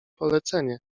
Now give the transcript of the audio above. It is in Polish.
polecenie